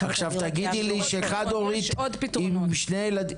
עכשיו תגידי לי שחד הורית עם שני ילדים